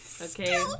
Okay